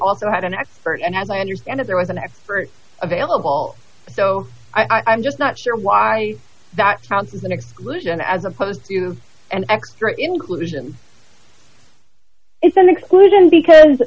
also had an expert and as i understand it there was an expert available so i'm just not sure why that counts as an exclusion as opposed to an extra inclusion it's an exclusion because